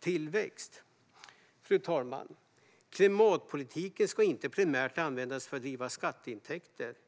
tillväxt. Fru talman! Klimatpolitiken ska inte primärt användas för att driva in skatteintäkter.